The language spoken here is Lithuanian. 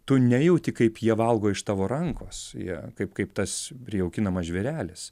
tu nejauti kaip jie valgo iš tavo rankos jie kaip kaip tas prijaukinamas žvėrelis